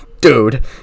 dude